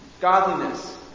godliness